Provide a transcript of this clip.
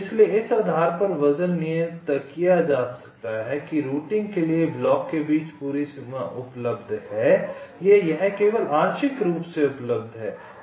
इसलिए इस आधार पर वजन नियत किया जा सकता है कि रूटिंग के लिए ब्लॉक के बीच पूरी सीमा उपलब्ध है या यह केवल आंशिक रूप से उपलब्ध है